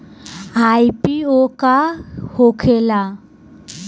IPO का होखेला?